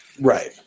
Right